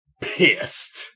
Pissed